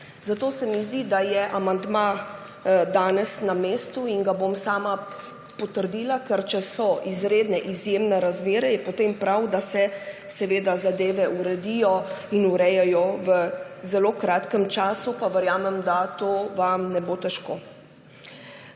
Zato se mi zdi, da je amandma danes na mestu in ga bom sama potrdila. Ker če so izredne, izjemne razmere, je potem prav, da se zadeve uredijo in urejajo v zelo kratkem času, pa verjamem, da to vam ne bo težko.